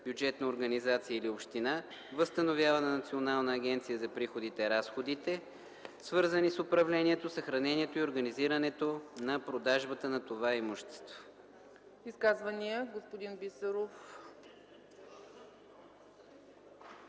бюджетна организация или община възстановява на Националната агенция за приходите разходите, свързани с управлението, съхранението и организирането на продажбата на това имущество.”